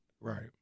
Right